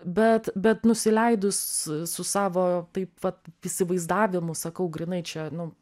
bet bet nusileidus su savo taip vat įsivaizdavimu sakau grynai čia nu